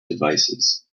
devices